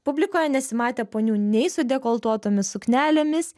publikoje nesimatė ponių nei su dekoltuotomis suknelėmis